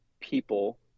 people